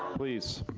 please,